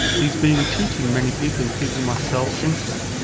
he's been teaching many people including myself since then,